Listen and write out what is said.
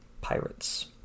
Pirates